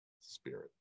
Spirit